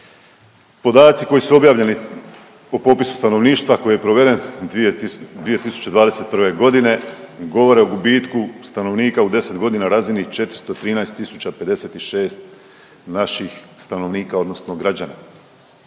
Podaci koji su objavljeni po popisu stanovništva koji je proveden 2021.g. govore o gubitku stanovnika u 10.g. razini, 413 tisuća 56 naših stanovnika odnosno građana.